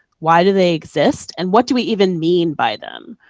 why do they exist, and what do we even mean by them?